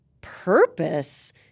purpose